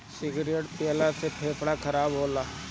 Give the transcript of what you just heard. cigarette पियला से फेफड़ा खराब होला